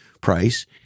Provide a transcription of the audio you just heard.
price